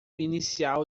inicial